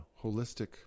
holistic